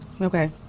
Okay